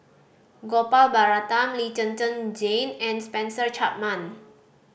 Gopal Baratham Lee Zhen Zhen Jane and Spencer Chapman